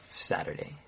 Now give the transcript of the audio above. Saturday